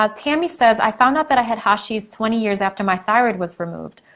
ah tammy says, i found out that i had hashi's twenty years after my thyroid was removed.